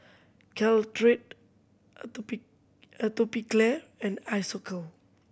Caltrate Atopiclair and Isocal